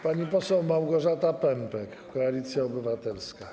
Pani poseł Małgorzata Pępek, Koalicja Obywatelska.